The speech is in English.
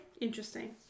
Interesting